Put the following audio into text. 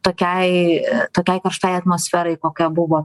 tokiai tokiai karštai atmosferai kokia buvo